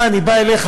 אני בא אליך,